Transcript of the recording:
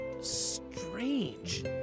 strange